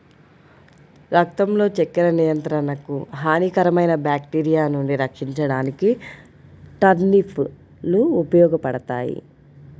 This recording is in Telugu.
రక్తంలో చక్కెర నియంత్రణకు, హానికరమైన బ్యాక్టీరియా నుండి రక్షించడానికి టర్నిప్ లు ఉపయోగపడతాయి